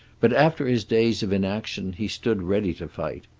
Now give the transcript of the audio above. but after his days of inaction he stood ready to fight.